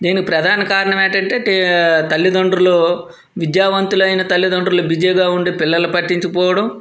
దీనికి ప్రధాన కారణం ఏంటంటే తల్లిదండ్రులు విద్యావంతులైన తల్లిదండ్రులు బిజీగా ఉండి పిల్లలను పట్టించుకోకపోవడం